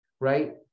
right